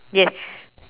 yes